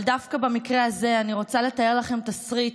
אבל דווקא במקרה הזה, אני רוצה לתאר לכם תסריט